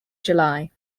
july